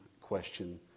question